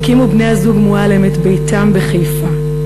הקימו בני-הזוג מועלם את ביתם בחיפה.